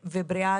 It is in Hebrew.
ובריאה,